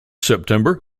september